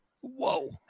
Whoa